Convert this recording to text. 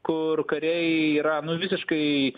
kur kariai yra nu visiškai